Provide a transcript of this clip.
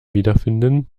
wiederfinden